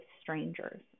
strangers